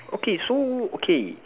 okay so okay